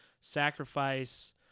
sacrifice